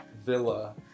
villa